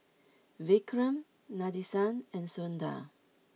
Vikram Nadesan and Sundar